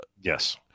Yes